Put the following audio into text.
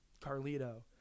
Carlito